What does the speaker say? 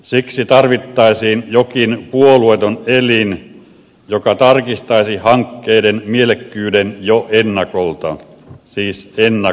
siksi tarvittaisiin jokin puolueeton elin joka tarkistaisi hankkeiden mielekkyyden jo ennakolta siis ennakolta